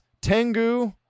Tengu